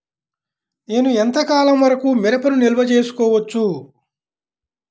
నేను ఎంత కాలం వరకు మిరపను నిల్వ చేసుకోవచ్చు?